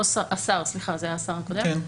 זה היה השר הקודם,